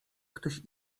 ktoś